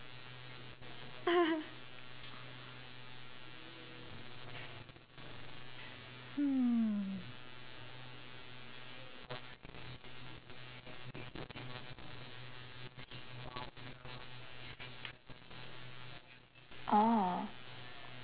hmm oh